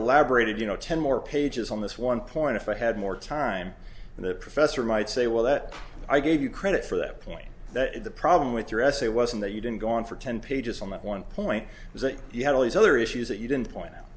elaborated you know ten more pages on this one point if i had more time and the professor might say well that i gave you credit for that point that the problem with your essay wasn't that you didn't go on for ten pages on that one point was that you had all these other issues that you didn't point